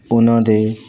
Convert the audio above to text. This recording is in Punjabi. ਉਹਨਾਂ ਦੇ